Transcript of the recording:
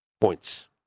points